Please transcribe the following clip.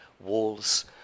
walls